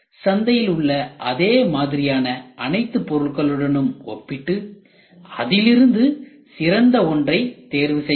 சந்தையில் உள்ள அதே மாதிரியான அனைத்து பொருட்களுடனும் ஒப்பிட்டு அதிலிருந்து சிறந்த ஒன்றை தேர்வு செய்ய வேண்டும்